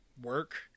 work